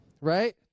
right